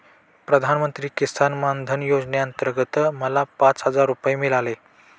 प्रधानमंत्री किसान मान धन योजनेअंतर्गत मला पाच हजार रुपये मिळाले